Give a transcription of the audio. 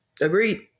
Agreed